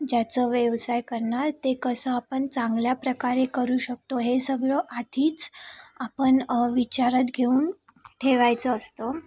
ज्याचं व्यवसाय करणार ते कसं आपण चांगल्याप्रकारे करू शकतो हे सगळं आधीच आपण विचारात घेऊन ठेवायचं असतं